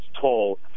toll